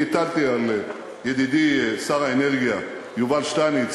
אני הטלתי על ידידי שר האנרגיה יובל שטייניץ